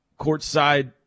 courtside